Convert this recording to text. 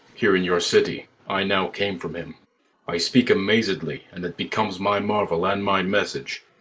here in your city i now came from him i speak amazedly and it becomes my marvel and my message.